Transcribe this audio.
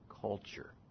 culture